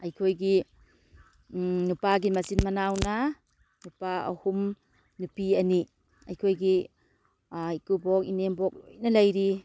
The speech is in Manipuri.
ꯑꯩꯈꯣꯏꯒꯤ ꯅꯨꯄꯥꯒꯤ ꯃꯆꯤꯟ ꯃꯅꯥꯎꯅ ꯅꯨꯄꯥ ꯑꯍꯨꯝ ꯅꯨꯄꯤ ꯑꯅꯤ ꯑꯩꯈꯣꯏꯒꯤ ꯏꯀꯨꯕꯣꯛ ꯏꯅꯦꯝꯕꯣꯛ ꯂꯣꯏꯅ ꯂꯩꯔꯤ